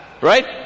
Right